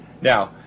Now